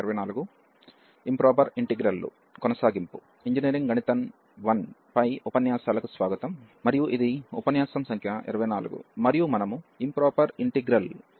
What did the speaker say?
మరియు మనము ఈ ఇంప్రాపర్ ఇంటిగ్రల్ ల గురించి మాట్లాడుతాము